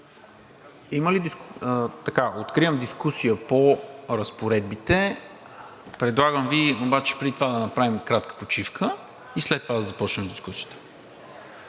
Откривам дискусия по разпоредбите. Предлагам Ви обаче преди това да направим кратка почивка и след това да започнем дискусията.